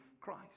christ